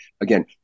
again